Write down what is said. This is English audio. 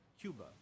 Cuba